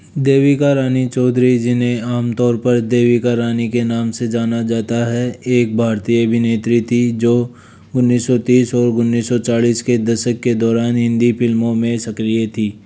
देविका रानी चौधरी जिन्हें आमतौर पर देविका रानी के नाम से जाना जाता है एक भारतीय अभिनेत्री थी जो उन्नीस सौ तीस और उन्नीस सौ चालीस के दशक के दौरान हिंदी फिल्मों में सक्रिय थी